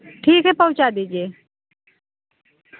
ठीक है पहुँचा दीजिए